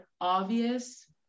obvious